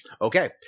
Okay